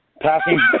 passing